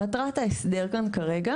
מטרת ההסדר כאן כרגע,